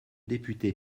député